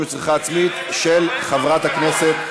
לצריכה עצמית של סם מסוג קנבוס או שרף של קנבוס),